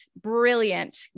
brilliant